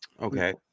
Okay